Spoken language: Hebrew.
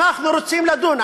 אנחנו רוצים לדון.